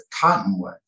cottonwood